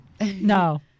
No